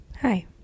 Hi